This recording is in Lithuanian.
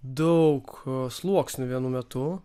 daug sluoksnių vienu metu